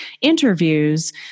interviews